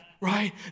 right